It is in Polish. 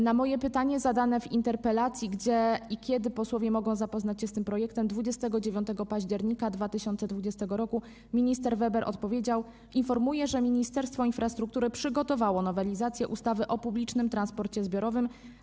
Na moje pytanie zadane w interpelacji, dotyczące tego, gdzie i kiedy posłowie mogą zapoznać się z projektem, 29 października 2020 r. minister Weber odpowiedział: Informuję, że Ministerstwo Infrastruktury przygotowało nowelizację ustawy o publicznym transporcie zbiorowym.